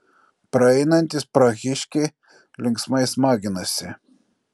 praeinantys prahiškiai linksmai smaginosi